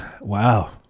Wow